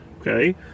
Okay